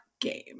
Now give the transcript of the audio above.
game